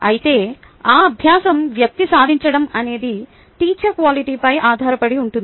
అయితే ఆ అభ్యాసం వ్యక్తి సాధిoచడం అనేది టీచర్ క్వాలిటి పై ఆధారపడి ఉంటుంది